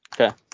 Okay